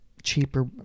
cheaper